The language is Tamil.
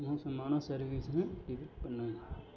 மோசமான சர்வீஸ்ஸுனு ட்வீட் பண்ணு